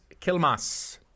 Kilmas